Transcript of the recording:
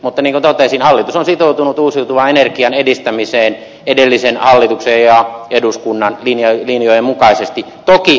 niin kuin totesin hallitus on sitoutunut uusiutuvan energian edistämiseen edellisen hallituksen ja eduskunnan linjojen mukaisesti toki pieniä säästöjä tehden